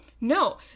no